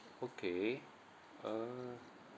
okay uh